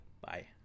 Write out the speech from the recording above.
Bye